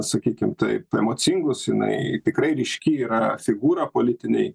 sakykim taip emocingus jinai tikrai ryški yra figūra politinėj